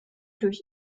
durch